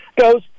goes